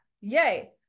Yay